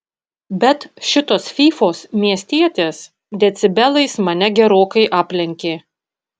bet šitos fyfos miestietės decibelais mane gerokai aplenkė